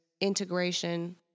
integration